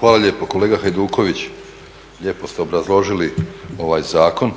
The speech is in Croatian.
Hvala lijepo. Kolega Hajduković lijepo ste obrazložili ovaj zakon